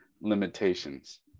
limitations